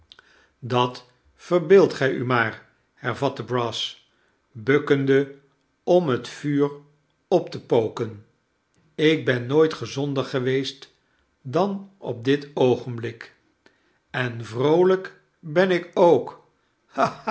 dat verbeeldt gij u maar hervatte brass bukkende om het vuur op te poken ik ben nooit gezonder geweest dan op dit oogenblik en vroolijk ben ik ook